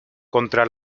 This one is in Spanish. contra